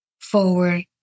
forward